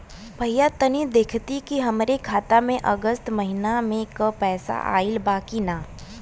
भईया तनि देखती की हमरे खाता मे अगस्त महीना में क पैसा आईल बा की ना?